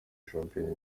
shampiyona